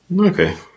Okay